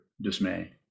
dismay